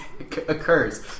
occurs